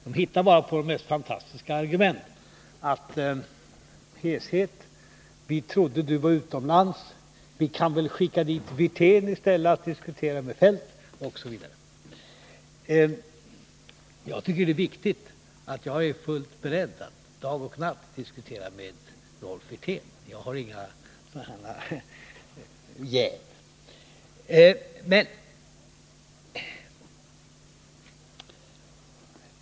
De hittar bara på de mest fantastiska argument: ”Heshet”, ”Vi trodde du var utomlands” eller ”Vi kan väl skicka dit Wirtén i stället för att diskutera med Feldt”, osv. Jag tycker att det är viktigt att jag är fullt beredd, dag och natt, att diskutera med Rolf Wirtén — det finns därvidlag inga jäv.